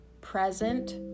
present